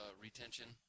retention